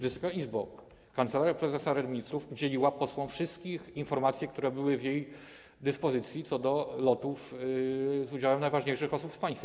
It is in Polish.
Wysoka Izbo, Kancelaria Prezesa Rady Ministrów udzieliła posłom wszystkich informacji, które były w jej dyspozycji, co do lotów z udziałem najważniejszych osób w państwie.